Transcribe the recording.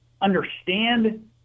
understand